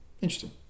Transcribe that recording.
interesting